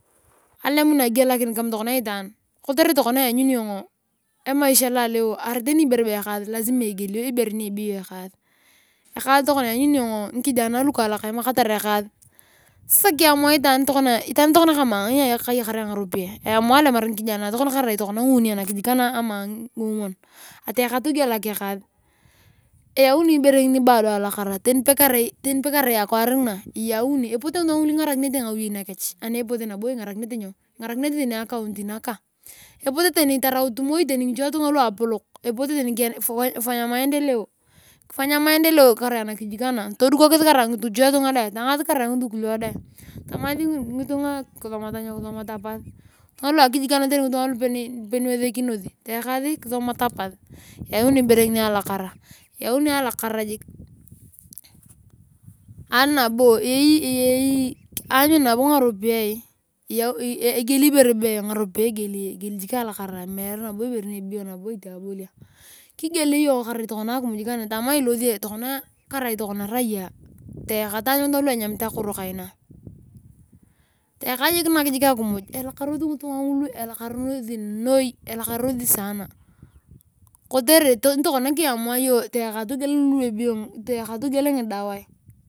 Alemun ageelakin kama tokona itaan lanyuni iyong emaisha lolea kama tokona ekaas lasima egielio lanyuni iyong ngikijanae lukaalak emamakatar ekaas itaan tokona kama ayona eamua alemar ngikijanae kama ngomwon ataeka atogielak ekaas eyauni ibere ngini alalakara tani pekerai akwaar ngina eyauni epote ngitunga ngulu kingarakis ngawoyei nakooh nabo ingarakinete acounty noga epote tarauti moi ngitunga luapolok kefanya maendeleo karai anakijij kana todukokis ama tangaasi karai ngisukulio dae tamasi ngitunga kisomata pas eyani ibere ngini alakarani nabo anyun ngaropiyae egieli ibere be ngaropiyae egieli alakara meere nabo abolia kigieli akimuy karat tokona tama ilosi raya tayaka taany ngitunga enyamit akoro kaina tayaka jik nak akimuy elakarosi ngitunga ngu’u elakarosi noi kotere tokona kiamua iyong toyaka togiel ngidawae.